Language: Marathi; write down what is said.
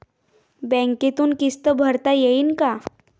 बँकेतून किस्त भरता येईन का?